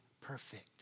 perfect